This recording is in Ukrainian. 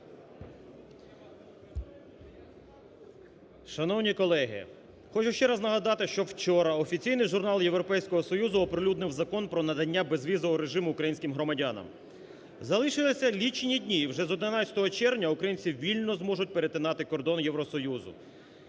Шановні колеги! Хочу ще раз нагадати, що вчора офіційний журнал Європейського Союзу оприлюднив Закон про надання безвізового режиму українським громадянам. Залишилися лічені дні, вже з 11 червня українці вільно зможуть перетинати кордон Євросоюзу.